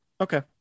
Okay